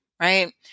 Right